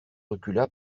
recula